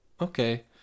okay